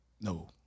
No